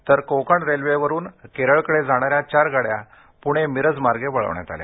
तर कोकण रेल्वेवरुन केरळकडे जाणाऱ्या चार गाड्या पुणे मिरजमार्गे वळवण्यात आल्या